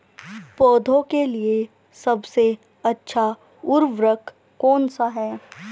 पौधों के लिए सबसे अच्छा उर्वरक कौन सा है?